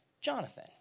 Jonathan